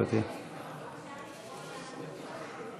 חברי הכנסת,